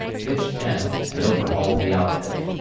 pitched tent, and overhauled the outfit.